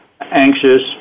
anxious